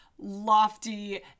lofty